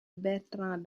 bertrand